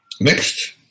next